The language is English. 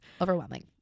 Overwhelming